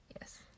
Yes